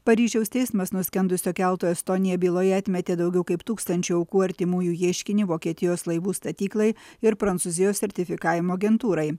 paryžiaus teismas nuskendusio kelto estonija byloje atmetė daugiau kaip tūkstančio aukų artimųjų ieškinį vokietijos laivų statyklai ir prancūzijos sertifikavimo agentūrai